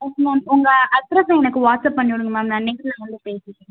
S ma'am உங்கள் அட்ரெஸ்ஸை எனக்கு வாட்ஸ்அப் பண்ணிவிடுங்க மேம் நான் நேர்ல வந்து பேசிக்கிறேன்